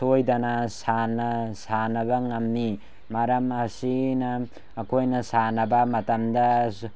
ꯁꯣꯏꯗꯅ ꯁꯥꯟꯅꯕ ꯉꯝꯃꯤ ꯃꯔꯝ ꯑꯁꯤꯅ ꯑꯩꯈꯣꯏꯅ ꯁꯥꯟꯅꯕ ꯃꯇꯝꯗ